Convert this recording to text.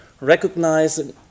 recognize